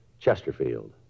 Chesterfield